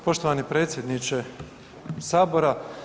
Poštovani predsjedniče Sabora.